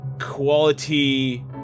Quality